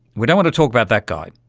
we don't want to talk about that guy.